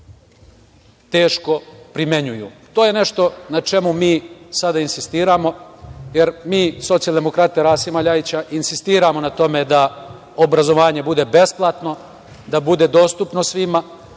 teško primenjuju. To je nešto na čemu mi sada insistiramo, jer mi socijaldemokrate Rasima Ljajića, insistiramo na tome da obrazovanje bude besplatno, da bude dostupno svima